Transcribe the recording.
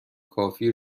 کافی